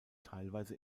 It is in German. teilweise